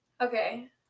Okay